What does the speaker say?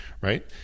right